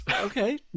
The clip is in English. okay